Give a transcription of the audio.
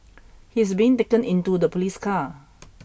he is being taken into the police car